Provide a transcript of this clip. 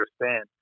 understand